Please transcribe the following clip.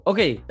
Okay